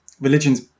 Religion's